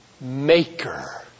maker